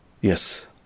Yes